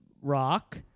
Rock